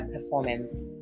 performance